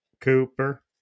Cooper